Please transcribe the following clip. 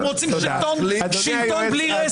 אתם רוצים שלטון בלי רסן.